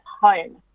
home